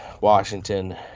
Washington